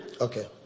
Okay